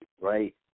right